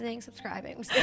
subscribing